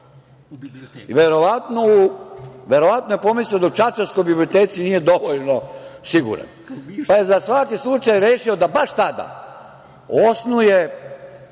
Verovatno je pomislio da u čačanskoj biblioteci nije dovoljno siguran, pa je za svaki slučaj rešio da baš tada osnuje